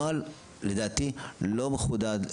הנוהל לדעתי לא מחודד,